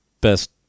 best